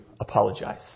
Apologize